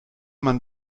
man